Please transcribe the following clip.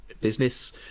business